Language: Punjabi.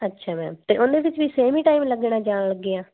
ਅੱਛਾ ਮੈਮ ਤੇ ਉਹਨੇ ਵਿੱਚ ਵੀ ਸੇਮ ਹੀ ਟਾਈਮ ਲੱਗਣਾ ਜਾਣ ਲੱਗਿਆ